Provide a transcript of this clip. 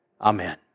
Amen